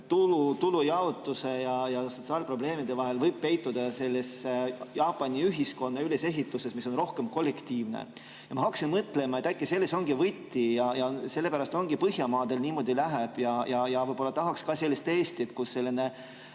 ja sotsiaalprobleemide vahel võib peituda Jaapani ühiskonna ülesehituses, mis on rohkem kollektiivne. Ma hakkasin mõtlema, et äkki selles ongi võti ja sellepärast Põhjamaadel niimoodi lähebki. Võib-olla me tahaks ka sellist Eestit, kus on selline